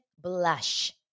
blush